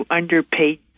underpaid